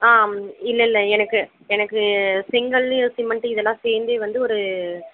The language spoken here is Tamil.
இல்லை இல்லை எனக்கு எனக்கு செங்கல் சிமெண்ட் இதெல்லாம் சேர்ந்தே வந்து ஒரு